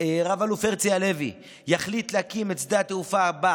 רב-אלוף הרצי הלוי יחליט להקים את שדה התעופה הבא